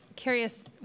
curious